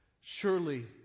Surely